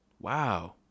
wow